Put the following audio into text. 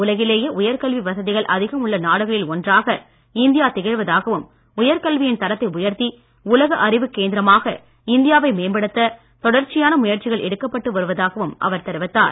உலகிலேயே உயர்கல்வி வசதிகள் அதிகம் உள்ள நாடுகளில் ஒன்றாக இந்தியா திகழ்வதாகவும் உயர்கல்வியின் தரத்தை உயர்த்தி உலக அறிவுக் கேந்திரமாக இந்தியாவை மேம்படுத்த தொடர்ச்சியான முயற்சிகள் எடுக்கப்பட்டு வருவதாகவும் அவர் தெரிவித்தார்